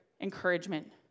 encouragement